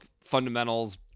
fundamentals